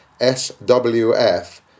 SWF